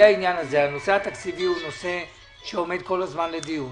הנושא התקציבי עומד כל הזמן לדיון.